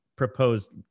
Proposed